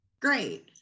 great